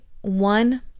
one